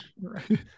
Right